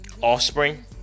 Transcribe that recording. offspring